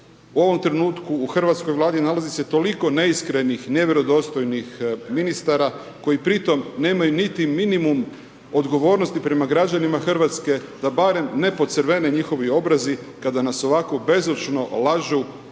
u ovom trenutku, u hrvatskoj Vladi nalazi se toliko neiskrenih, nevjerodostojnih ministara koji pri tom nemaju niti minimum odgovornosti prema građanima RH, da barem ne pocrvene njihovi obrazi kada nas ovako bezočno lažu